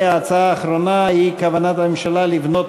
ההצעה האחרונה היא: כוונת הממשלה לבנות